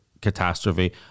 catastrophe